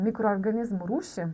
mikroorganizmų rūšį